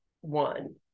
one